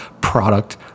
product